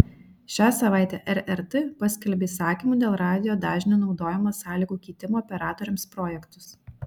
šią savaitę rrt paskelbė įsakymų dėl radijo dažnių naudojimo sąlygų keitimo operatoriams projektus